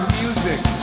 music